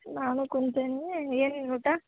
ನಾನೂ ಕುಂತೀನಿ ಏನು ನಿನ್ನ ಊಟ